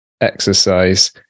exercise